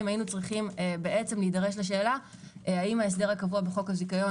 היינו צריכים להידרש לשאלה האם ההסדר הקבוע בחוק הזיכיון